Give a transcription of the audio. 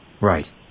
Right